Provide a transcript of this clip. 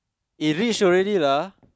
he reached already lah